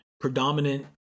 predominant